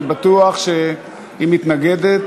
אני בטוח שהיא מתנגדת,